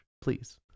Please